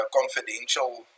confidential